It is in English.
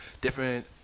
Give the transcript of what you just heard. different